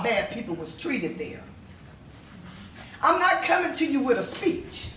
bad people was treated there i'm not coming to you with a speech